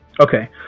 okay